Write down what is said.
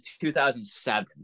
2007